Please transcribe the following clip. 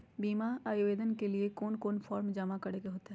बीमा आवेदन के लिए कोन कोन फॉर्म जमा करें होते